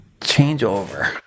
changeover